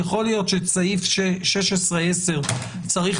יכול להיות שאת סעיף 16(א)(10) צריך